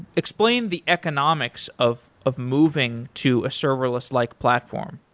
explain the economics of of moving to a serverless-like platform.